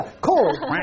cold